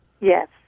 Yes